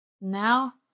Now